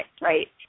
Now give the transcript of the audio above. Right